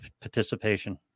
participation